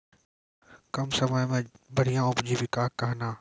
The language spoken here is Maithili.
कम समय मे बढ़िया उपजीविका कहना?